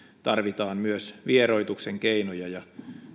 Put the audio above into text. tarvitaan myös vieroituksen keinoja ja